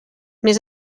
més